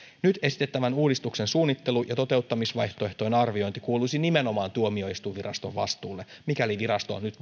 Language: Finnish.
nyt esitettävän uudistuksen suunnittelu ja toteuttamisvaihtoehtojen arviointi kuuluisi nimenomaan tuomioistuinviraston vastuulle mikäli virasto nyt